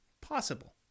possible